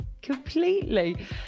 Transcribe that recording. completely